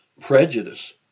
prejudice